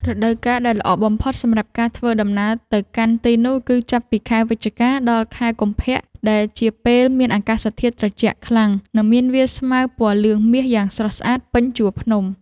រដូវកាលដែលល្អបំផុតសម្រាប់ការធ្វើដំណើរទៅកាន់ទីនោះគឺចាប់ពីខែវិច្ឆិកាដល់ខែកុម្ភៈដែលជាពេលមានអាកាសធាតុត្រជាក់ខ្លាំង និង មានវាលស្មៅពណ៌លឿងមាសយ៉ាងស្រស់ស្អាតពេញជួរភ្នំ។